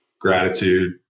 gratitude